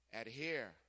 adhere